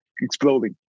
exploding